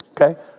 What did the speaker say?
Okay